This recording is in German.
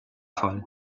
fall